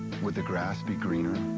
would the grass be greener?